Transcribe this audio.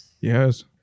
Yes